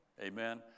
Amen